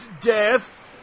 Death